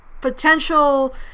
potential